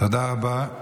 תודה רבה.